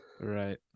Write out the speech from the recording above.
Right